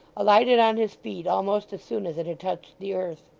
alighted on his feet almost as soon as it had touched the earth.